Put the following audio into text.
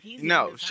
No